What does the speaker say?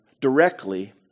directly